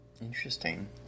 Interesting